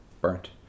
burnt